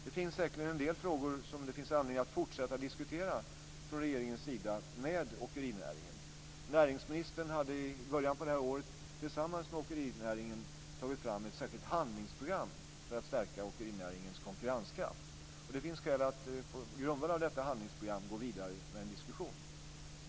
Det finns säkerligen en del frågor som det från regeringens sida finns anledning att fortsätta att diskutera med åkerinäringen. Näringsministern hade i början på det här året tillsammans med åkerinäringen tagit fram ett särskilt handlingsprogram för att stärka åkerinäringens konkurrenskraft. Det finns skäl att på grundval av detta handlingsprogram gå vidare med en diskussion.